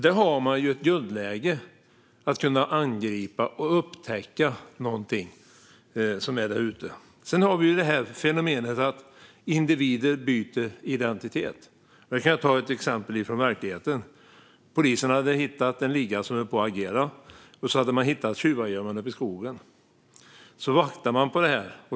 Där har man ett guldläge att kunna angripa och upptäcka någonting där ute. Sedan har vi fenomenet att individer byter identitet. Jag kan ta ett exempel från verkligheten. Polisen hade hittat en liga som höll på att agera. Man hade också hittat tjuvgömman uppe i skogen och vaktade den.